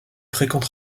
fréquents